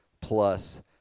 plus